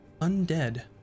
undead